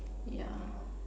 yeah